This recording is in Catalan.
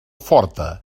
forta